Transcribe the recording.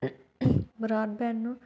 బ్రాడ్బ్యాండ్ను